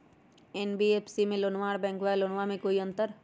NBFC से लोनमा आर बैंकबा से लोनमा ले बे में कोइ अंतर?